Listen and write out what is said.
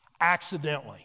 accidentally